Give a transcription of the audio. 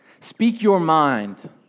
Speak-your-mind